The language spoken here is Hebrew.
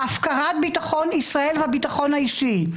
הפקרת ביטחון ישראל והביטחון האישי.